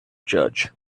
judge